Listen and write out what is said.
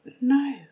no